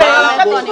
--- תמר,